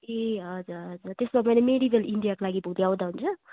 ए हजुर हजुर त्यसो हो भने मेरिगोल्ड इन्डियाको लागि भोलि आउँदा हुन्छ